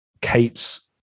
Kate's